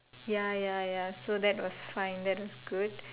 ya ya ya so that was fine that was good